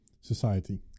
Society